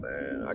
Man